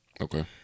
Okay